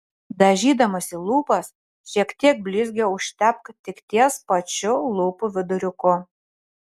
dažydamasi lūpas šiek tiek blizgio užtepk tik ties pačiu lūpų viduriuku